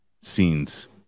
scenes